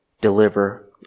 deliver